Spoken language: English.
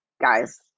guys